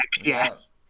yes